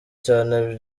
cyane